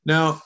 Now